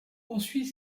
poursuit